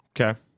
Okay